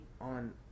on